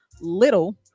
little